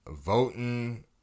voting